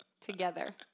together